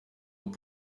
nuko